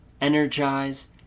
energize